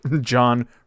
John